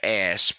ass